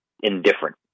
indifferent